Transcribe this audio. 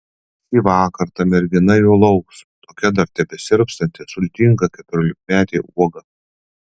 šįvakar ta mergina jo lauks tokia dar tebesirpstanti sultinga keturiolikmetė uoga